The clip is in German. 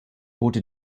wurde